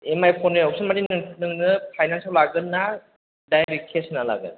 EMI फोरनि अपसन मानि नोंनो नोङो फाइनासआव लागोन ना डाइरेक्ट केश होना लागोन